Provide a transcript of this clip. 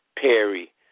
Perry